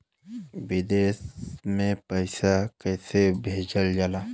विदेश में पैसा कैसे भेजल जाला?